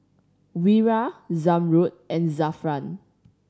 Wira Zamrud and Zafran